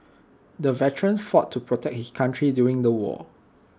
the veteran fought to protect his country during the war